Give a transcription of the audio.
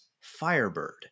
Firebird